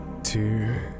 Two